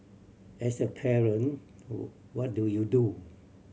as a parent what do you do